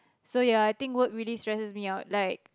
so ya I think work really stresses me out like